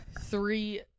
three